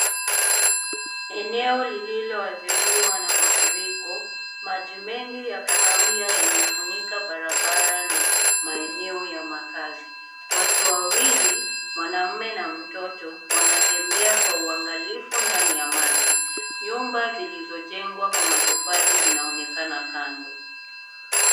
Eneo lililoadhiriwa na mafuriko ,maji mengi ya kahawia yamefunika barabara na maeneo ya makazi . Watu wawili mwanaume na mtoto wanatembea kwa uangalifu ndani ya maji. Nyumba zilizojengwa Kwa matofali zinaonekana kando.